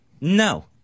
No